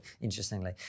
interestingly